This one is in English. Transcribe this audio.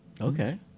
Okay